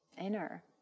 inner